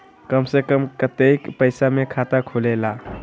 कम से कम कतेइक पैसा में खाता खुलेला?